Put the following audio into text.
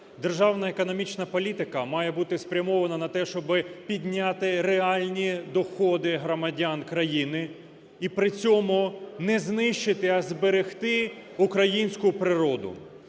Державна економічна політика має бути спрямована на те, щоб підняти реальні доходи громадян країни і при цьому не знищити, а зберегти українську природу.